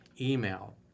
email